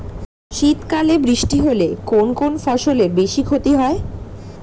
শীত কালে বৃষ্টি হলে কোন কোন ফসলের বেশি ক্ষতি হয়?